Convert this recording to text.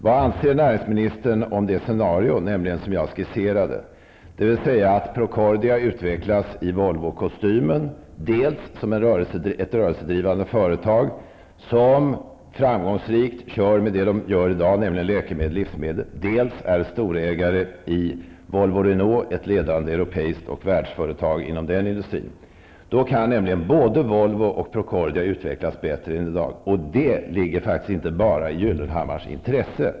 Vad anser näringsministern om det scenario som jag skisserade, dvs. att Procordia utvecklas i Volvos kostym dels som ett affärsdrivande företag som framgångsrikt kör med det som görs i dag, nämligen livsmedel och läkemedel, dels som storägare i Volvo/Renault, ett ledande Europa och världsföretag inom den branschen? Då kan nämligen både Volvo och Procordia utvecklas bättre än i dag. Det ligger faktiskt inte bara i Gyllenhammars intresse.